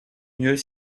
mieux